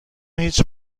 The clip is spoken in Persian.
هیچ